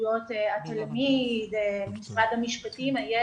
מועצת התלמידים יושבת על שולחננו